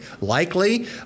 likely